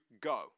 go